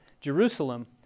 Jerusalem